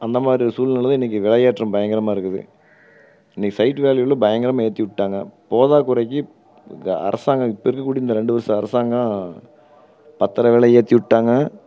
அந்த மாதிரி சூழ்நிலை தான் இன்னைக்கி விலையேற்றம் பயங்கரமாக இருக்குது இன்னைக்கு சைட்டு வேல்யூலாம் பயங்கரமாக ஏற்றி விட்டாங்க போதாத குறைக்கு அரசாங்கம் இப்போ இருக்க கூடிய இந்த ரெண்டு வருஷம் அரசாங்கம் பத்திர விலைய ஏற்றி விட்டாங்க